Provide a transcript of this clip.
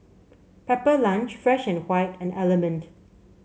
Pepper Lunch Fresh and and Element